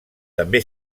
també